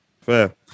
Fair